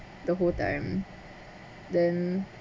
the whole time then